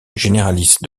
généralice